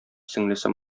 сеңлесе